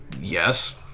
yes